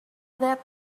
that